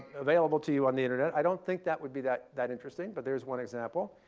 available to you on the internet. i don't think that would be that that interesting, but there is one example.